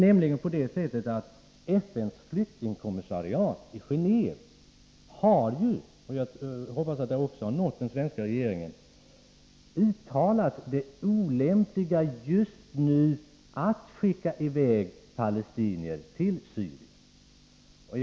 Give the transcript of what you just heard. FN:s flyktingkommissariat i Gendve har — det hoppas jag har nått också den svenska regeringen — uttalat det olämpliga i att just nu skicka i väg palestinier till Syrien.